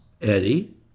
Eddie